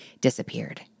disappeared